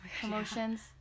promotions